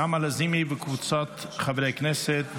נעמה לזימי וקבוצת חברי הכנסת,